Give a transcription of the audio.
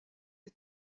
est